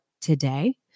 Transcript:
today